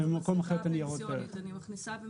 חברים בו